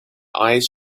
eyes